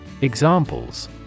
Examples